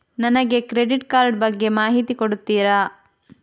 ನನಗೆ credit card ಬಗ್ಗೆ ಮಾಹಿತಿ ಕೊಡುತ್ತೀರಾ?